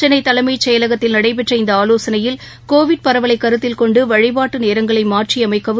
சென்னைதலைமைச் செயலகத்தில் நடைபெற்ற இந்தஆலோசனையில் கோவிட் பரவலைக் கருத்தில் கொண்டுவழிபாட்டுநேரங்களைமாற்றியமைக்கவும்